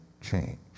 change